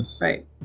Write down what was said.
Right